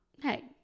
Hey